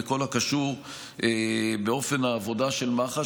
בכל הקשור באופן העבודה של מח"ש,